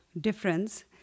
difference